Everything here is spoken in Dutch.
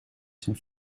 zijn